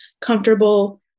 comfortable